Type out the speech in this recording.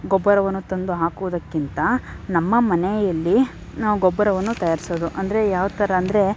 ಗೊಬ್ಬರವನ್ನು ತಂದು ಹಾಕುವುದಕ್ಕಿಂತ ನಮ್ಮ ಮನೆಯಲ್ಲಿ ನಾವು ಗೊಬ್ಬರವನ್ನು ತಯಾರಿಸೋದು ಅಂದರೆ ಯಾವ ಥರ ಅಂದರೆ